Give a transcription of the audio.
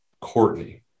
courtney